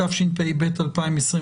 התשפ"ב-2021,